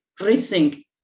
rethink